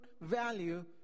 value